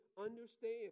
understand